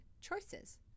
choices